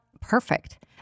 perfect